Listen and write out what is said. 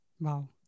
Wow